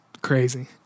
Crazy